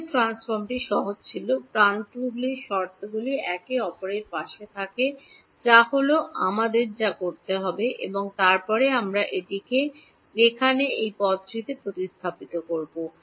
Fourier ট্রান্সফর্মটি সহজ ছিল প্রান্তগুলি শর্তগুলি একে অপরের পাশে রাখে যা হল আমাদের যা করতে হবে এবং তারপরে আমরা এটিকে এখানে এই পদটিতে প্রতিস্থাপন করব